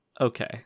Okay